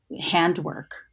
handwork